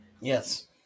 Yes